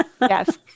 Yes